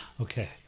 Okay